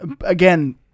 Again